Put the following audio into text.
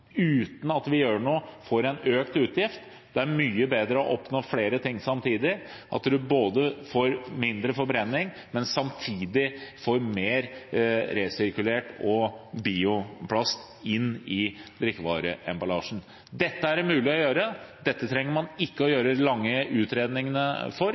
uten at vi gjør noe, får en økt utgift. Det er mye bedre å oppnå flere ting samtidig, at man får både mindre forbrenning og samtidig mer resirkulert og bioplast inn i drikkevareemballasjen. Dette er det mulig å gjøre, dette trenger man ikke å gjøre de lange utredningene for.